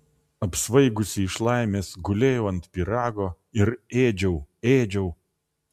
apsvaigusi iš laimės gulėjau ant pyrago ir ėdžiau ėdžiau